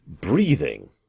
breathing